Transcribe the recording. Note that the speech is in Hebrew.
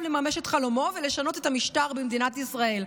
לממש את חלומו ולשנות את המשטר במדינת ישראל.